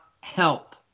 help